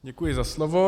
Děkuji za slovo.